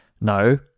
no